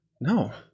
No